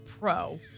pro